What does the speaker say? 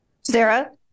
Sarah